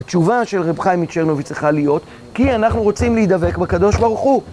התשובה של רייב חיים מצ'רנוביץ צריכה להיות כי אנחנו רוצים להידבק בקדוש ברוך הוא.